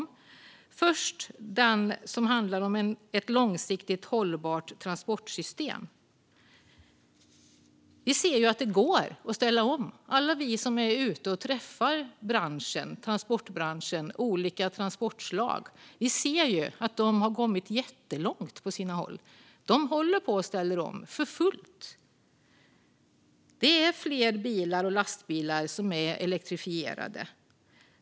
Den första handlar om ett långsiktigt hållbart transportsystem. Vi ser att det går att ställa om. Alla vi som är ute och träffar transportbranschen inom olika transportslag ser att de har kommit jättelångt på sina håll. De ställer om för fullt. Det är fler bilar och lastbilar som är elektrifierade.